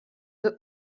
that